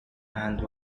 and